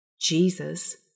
Jesus